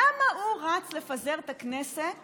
למה הוא רץ לפזר את הכנסת